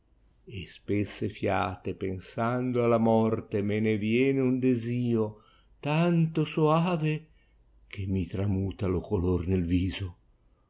e spesse fiate pensando alla morte me ne viene un desio tanto soave che mi tramuta io color nel tìso